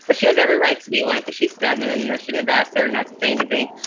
but she has every right to be like, she's seven. i should have asked her and not to say anything.